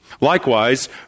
Likewise